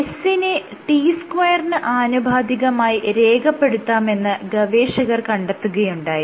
s നെ t2 ന് ആനുപാതികമായി രേഖപ്പെടുത്താമെന്ന് ഗവേഷകർ കണ്ടെത്തുകയുണ്ടായി